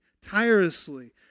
tirelessly